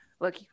look